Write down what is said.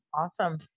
Awesome